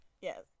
Yes